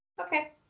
Okay